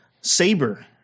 Saber